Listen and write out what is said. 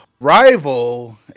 Rival